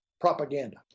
propaganda